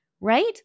right